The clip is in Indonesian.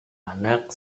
anak